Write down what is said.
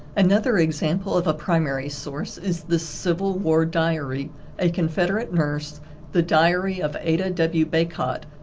another example of a primary source is the civil war diary a confederate nurse the diary of ada w. bacot,